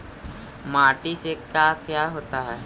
माटी से का क्या होता है?